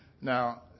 Now